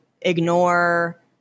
ignore